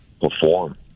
perform